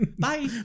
Bye